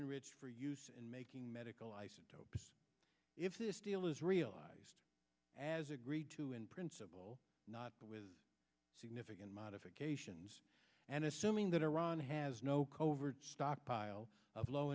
enrich for use in making medical isotopes if this deal is realized as agreed to in principle not with significant modifications and assuming that iran has no covert stockpile of low